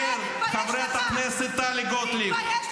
חברת הכנסת גוטליב.